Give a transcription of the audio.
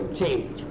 change